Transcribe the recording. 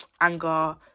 anger